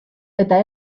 eta